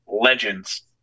Legends